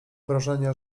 wrażenia